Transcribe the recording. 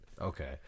Okay